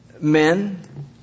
men